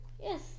Yes